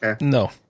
no